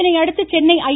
இதனையடுத்து சென்னை ஐ